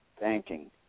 banking